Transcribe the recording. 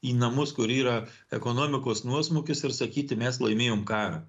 į namus kur yra ekonomikos nuosmukis ir sakyti mes laimėjom karą